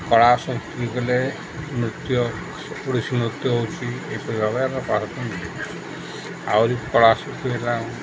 କଳା ସଂସ୍କୃତି କହିଲେ ନୃତ୍ୟ ଓଡ଼ିଶୀ ନୃତ୍ୟ ହେଉଛିି ଏପରି ଭାବରେ ଆମ ଆହୁରି କଳା ସଂସ୍କୃତି ହେଲା